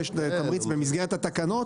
ויש תמריץ במסגרת התקנות,